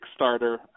Kickstarter